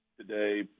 today